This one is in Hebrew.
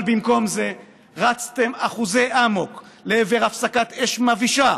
אבל במקום זה רצתם אחוזי אמוק לעבר הפסקת אש מבישה,